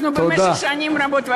אנחנו במשך שנים רבות, תודה.